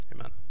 Amen